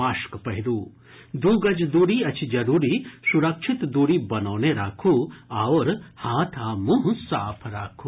mask पहिरू दू गज दूरी अछि जरूरी सुरक्षित दूरी बनौने राखू आओर हाथ आ मुंह साफ राखू